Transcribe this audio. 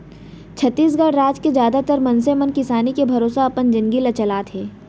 छत्तीसगढ़ राज के जादातर मनसे मन किसानी के भरोसा अपन जिनगी ल चलाथे